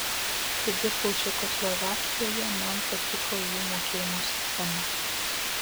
kai dirbau čekoslovakijoje man patiko jų mokėjimo sistema